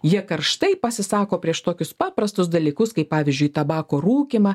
jie karštai pasisako prieš tokius paprastus dalykus kaip pavyzdžiui tabako rūkymą